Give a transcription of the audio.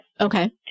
Okay